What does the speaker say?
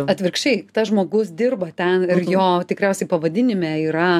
atvirkščiai tas žmogus dirba ten ir jo tikriausiai pavadinime yra